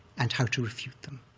and how to refute them,